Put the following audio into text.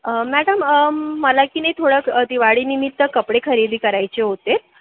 madam मला की नाही थोडं दिवाळीनिमित्त कपडे खरेदी करायचे होते